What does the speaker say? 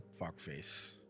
fuckface